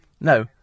No